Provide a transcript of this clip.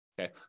Okay